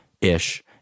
ish